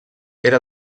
era